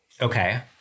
Okay